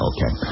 Okay